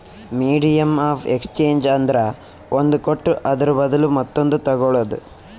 medium of exchange ಅಂದ್ರ ಒಂದ್ ಕೊಟ್ಟು ಅದುರ ಬದ್ಲು ಮತ್ತೊಂದು ತಗೋಳದ್